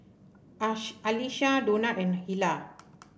Alisha Donat and Hilah